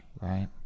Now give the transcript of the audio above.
right